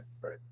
right